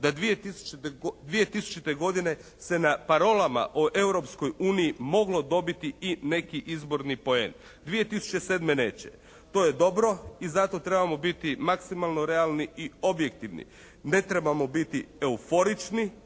da 2000. godine se na parolama o Europskoj uniji moglo dobiti i neki izborni poen. 2007. neće. To je dobro i zato trebamo biti maksimalno realni i objektivni. Ne trebamo biti euforični,